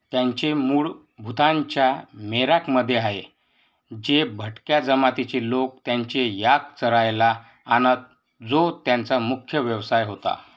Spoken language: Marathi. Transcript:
त्यांचे मूळ भूतानच्या मेराकमध्ये आहे जे भटक्या जमातीचे लोक त्यांचे याक चरायला आणत जो त्यांचा मुख्य व्यवसाय होता